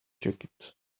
jacket